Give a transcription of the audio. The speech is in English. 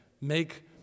make